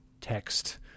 text